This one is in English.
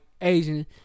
Asian